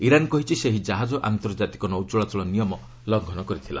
Iran କହିଛି ସେହି ଜାହାଜ ଆନ୍ତର୍ଜାତିକ ନୌଚଳାଚଳ ନିୟମ ଲଙ୍ଘନ କରିଥିଲା